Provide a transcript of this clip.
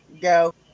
Go